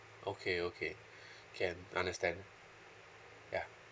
okay okay can understand ya